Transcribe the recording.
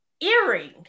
earring